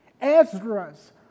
Ezra's